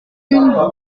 une